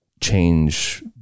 change